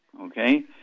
Okay